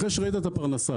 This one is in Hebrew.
אחרי שראית את הפרנסה,